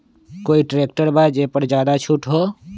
कोइ ट्रैक्टर बा जे पर ज्यादा छूट हो?